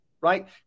right